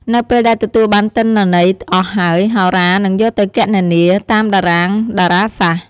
នៅពេលដែលទទួលបានទិន្នន័យអស់ហើយ ហោរានឹងយកទៅគណនា តាមតារាងតារាសាស្ត្រ។